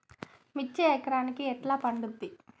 మిర్చి ఎకరానికి ఎట్లా పండుద్ధి?